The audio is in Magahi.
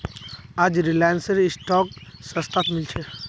आज रिलायंसेर स्टॉक सस्तात मिल छ